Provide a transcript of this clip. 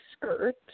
skirt